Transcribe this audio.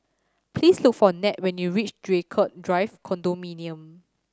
please look for Ned when you reach Draycott Drive Condominium